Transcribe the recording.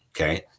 Okay